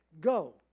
go